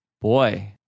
Boy